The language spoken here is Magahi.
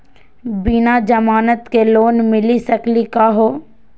बिना जमानत के लोन मिली सकली का हो?